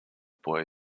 boy